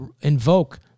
invoke